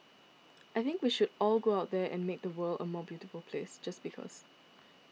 I think we should all go out there and make the world a more beautiful place just because